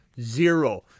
Zero